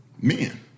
men